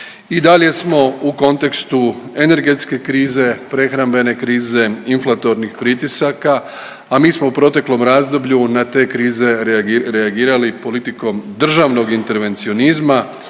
I dalje smo u kontekstu energetske krize, prehrambene krize, inflatornih pritisaka, a mi smo u proteklom razdoblju na te krize reagirali politikom državnog intervencionizma